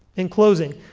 in closing,